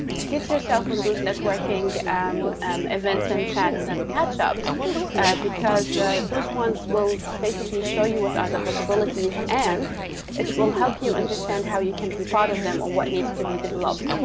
get yourself windows networking um events and chats and ketchups because those ones will basically show you what are the possibilities and it will help you understand how you can be part of them or what needs to be developed.